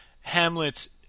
Hamlet's